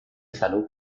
salud